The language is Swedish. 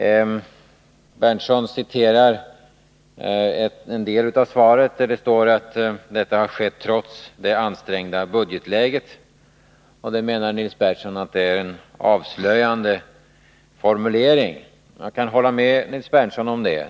Nils Berndtson citerade en del av mitt svar, där jag sade att åtgärderna har vidtagits trots det ansträngda budgetläget, och han menar att detta är en avslöjande formulering. Jag kan hålla med Nils Berndtson om det.